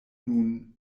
nun